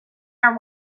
our